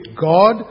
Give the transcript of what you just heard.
God